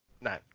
No